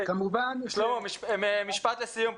משפט לסיום,